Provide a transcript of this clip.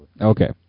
Okay